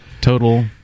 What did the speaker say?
Total